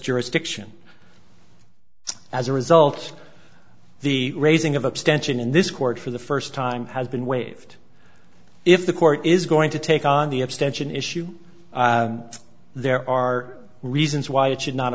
jurisdiction as a result the raising of abstention in this court for the first time has been waived if the court is going to take on the extension issue there are reasons why it should not